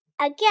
again